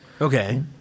Okay